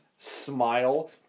smile